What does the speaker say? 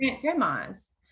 grandma's